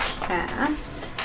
cast